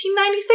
1896